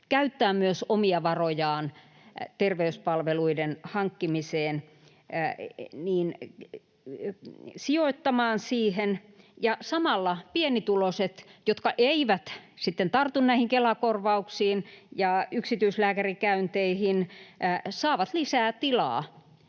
käyttää myös omia varojaan terveyspalveluiden hankkimiseen, sijoittamaan siihen, ja samalla pienituloiset, jotka eivät sitten tartu näihin Kela-korvauksiin ja yksityislääkärikäynteihin, saavat lisää tilaa